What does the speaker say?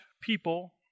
people